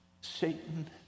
Satan